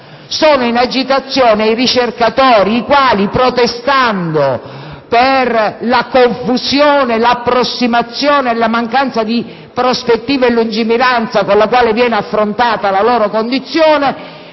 Sono in agitazione i ricercatori, i quali, protestando per la confusione, l'approssimazione e la mancanza di prospettive e di lungimiranza con le quali viene affrontata la loro condizione,